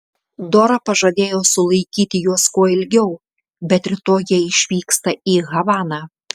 dora pažadėjo sulaikyti juos kuo ilgiau bet rytoj jie išvyksta į havaną